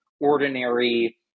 ordinary